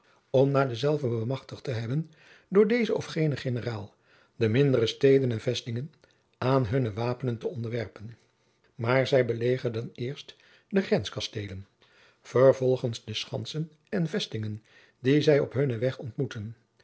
om na dezelve bemachtigd te hebben door dezen of genen generaal de mindere steden en vestingen aan hunne wapenen te onderwerpen maar zij belegerden eerst de grenskasteelen vervolgens de schansen en vestingen die zij op hunnen weg ontmoeten